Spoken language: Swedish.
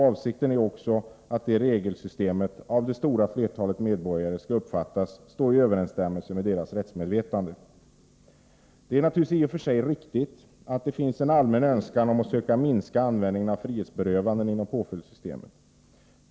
Avsikten är också att regelsystemet av det stora flertalet medborgare skall uppfattas stå i överensstämmelse med deras rättsmedvetande. Det är i och för sig riktigt att det finns en allmän önskan om att söka minska användningen av frihetsberövanden inom påföljdssystemet.